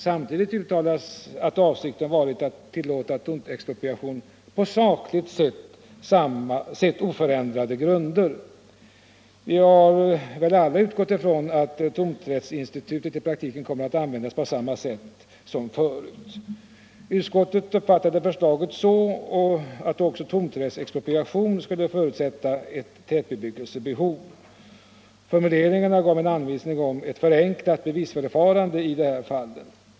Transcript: Samtidigt uttalas att avsikten varit att tillåta tomträttsexpropriation ”på sakligt sett oförändrade grunder”. Vi har väl alla utgått från att tomträttsinstitutet i praktiken kommer att användas på samma sätt som förut. Utskottet uppfattade förslaget så att också tomträttsexpropriation skulle förutsätta ett tätbebyggelsebehov. Formuleringen gav en anvisning om ett förenklat bevisförfarande i de här fallen.